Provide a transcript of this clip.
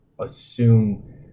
assume